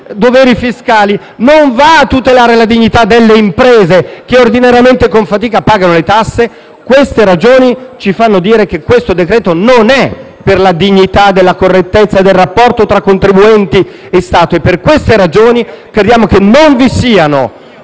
doveri fiscali, non va a tutelare la dignità delle imprese che ordinariamente e con fatica pagano le tasse. Queste considerazioni ci fanno dunque dire che il decreto-legge in esame non è per la dignità e la correttezza del rapporto tra contribuente e Stato. Per queste ragioni crediamo che non vi siano